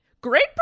Great